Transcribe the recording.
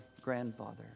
grandfather